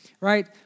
right